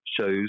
shows